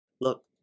Look